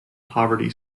poverty